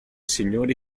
signori